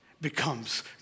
becomes